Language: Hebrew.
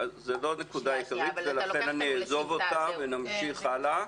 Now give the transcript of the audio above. זו לא הנקודה העיקרית ולכן אעזוב אותה ואמשיך הלאה.